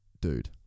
dude